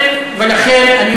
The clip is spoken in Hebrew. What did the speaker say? לא